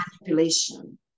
manipulation